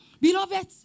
Beloved